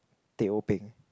teh O peng